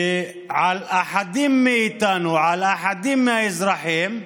על אחדים מאיתנו, על אחדים מהאזרחים,